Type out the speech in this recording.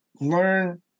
learn